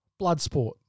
Bloodsport